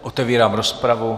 Otevírám rozpravu.